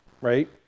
right